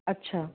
अच्छा